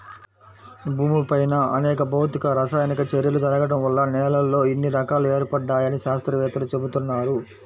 భూమిపైన అనేక భౌతిక, రసాయనిక చర్యలు జరగడం వల్ల నేలల్లో ఇన్ని రకాలు ఏర్పడ్డాయని శాత్రవేత్తలు చెబుతున్నారు